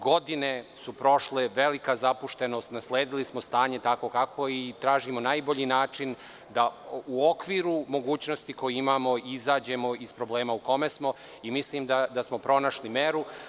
Godine su prošle, velika zapuštenost, nasledili smo stanje takvo kakvo je i tražimo najbolji način da u okviru mogućnosti koje imamo izađemo iz problema u kome smo i mislim da smo pronašli meru.